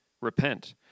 Repent